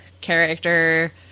character